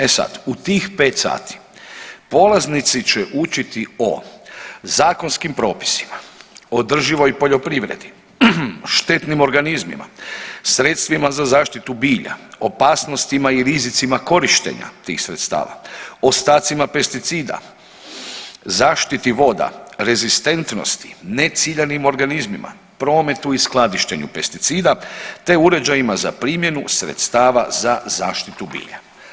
E sad, u tih 5 sati polaznici će učiti o zakonskim propisima, održivoj poljoprivredi, štetnim organizmima, sredstvima za zaštitu bilja, opasnostima i rizicima korištenja tih sredstava, ostacima pesticida, zaštiti voda, rezistentnosti, ne ciljanim organizmima, prometu i skladištenju pesticida, te uređajima za primjenu sredstava za zaštitu bilja.